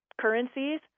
currencies